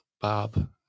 Bob